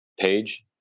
page